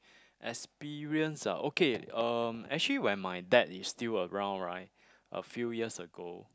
experience ah okay um actually when my dad is still around right a few years ago